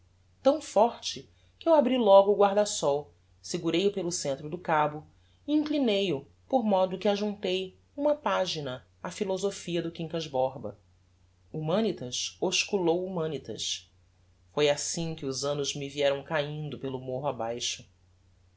tão forte que eu abri logo o guarda-sol segurei o pelo centro do cabo e inclinei o por modo que ajuntei uma pagina á philosophia do quincas borba humanitas osculou humanitas foi assim que os annos me vieram caindo pelo morro abaixo